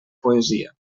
poesia